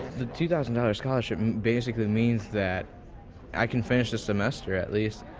the two thousand dollars scholarship basically means that i can finish the semester at least.